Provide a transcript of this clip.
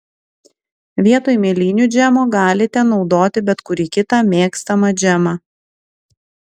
vietoj mėlynių džemo galite naudoti bet kurį kitą mėgstamą džemą